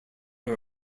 are